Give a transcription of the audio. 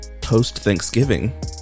post-Thanksgiving